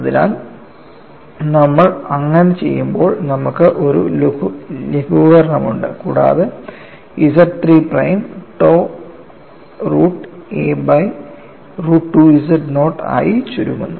അതിനാൽ നമ്മൾ അങ്ങനെ ചെയ്യുമ്പോൾ നമുക്ക് ഒരു ലഘൂകരണമുണ്ട് കൂടാതെ ZIII prime tau root a by root 2 z naught ആയി ചുരുങ്ങുന്നു